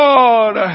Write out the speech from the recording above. Lord